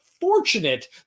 fortunate